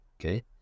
okay